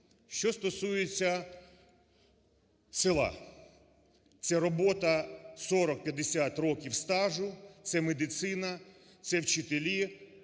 Що стосується села. Це робота 40-50 років стажу, це медицина, це вчителі,